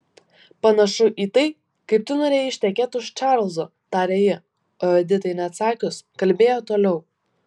panašu į tai kaip tu norėjai ištekėti už čarlzo tarė ji o editai neatsakius kalbėjo toliau